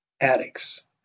addicts